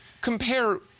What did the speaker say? compare